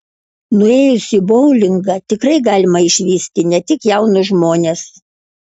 nuėjus į boulingą tikrai galima išvysti ne tik jaunus žmones